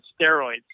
steroids